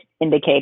indicate